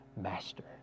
Master